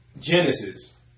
Genesis